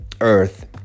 earth